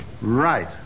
Right